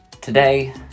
today